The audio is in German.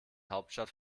hauptstadt